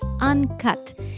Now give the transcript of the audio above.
uncut